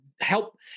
help